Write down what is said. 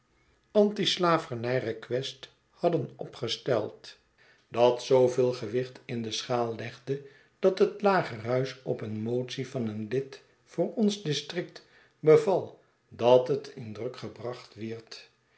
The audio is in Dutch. antislavernij request hebben opgesteld dat zooveel gewicht in de schaal legde dat het lagerhuis op een motie van een lid voor ons district beval dat het in druk gebracht wierd